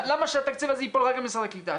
למה שהתקציב הזה ייפול רק על משרד הקליטה?